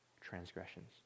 transgressions